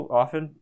often